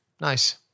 Nice